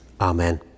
amen